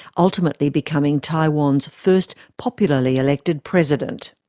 ultimately becoming taiwan's first popularly elected president.